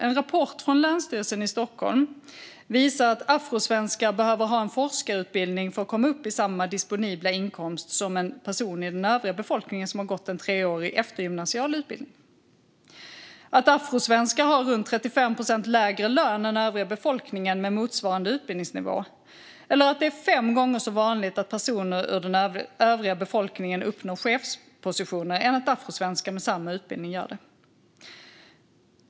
En rapport från Länsstyrelsen i Stockholm visar att afrosvenskar behöver ha en forskarutbildning för att komma upp i samma disponibla inkomst som en person i den övriga befolkningen som har gått en treårig eftergymnasial utbildning. Den visar att afrosvenskar har runt 35 procent lägre lön än övriga befolkningen med motsvarande utbildningsnivå och att det är fem gånger så vanligt att personer ur den övriga befolkningen uppnår chefspositioner än att afrosvenskar med samma utbildning gör det.